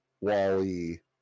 Wally